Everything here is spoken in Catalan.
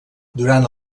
durant